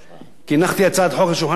כי הנחתי הצעת חוק על שולחן הכנסת,